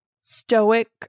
Stoic